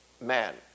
man